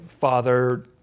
father